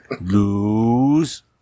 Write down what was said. lose